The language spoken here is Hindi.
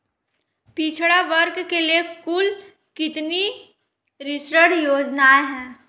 पिछड़ा वर्ग के लिए कुल कितनी ऋण योजनाएं हैं?